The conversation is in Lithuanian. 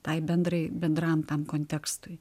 tai bendrai bendram tam kontekstui